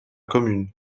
commune